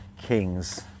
kings